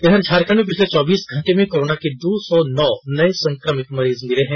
इधर झारखंड में पिछले चौबीस घंटे में कोरोना के दो सौ नौ नए संक्रमित मिले हैं